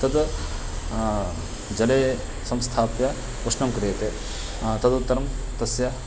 तद् जले संस्थाप्य उष्णं क्रियते तदुत्तरं तस्य